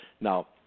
Now